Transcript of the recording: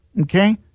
okay